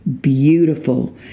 beautiful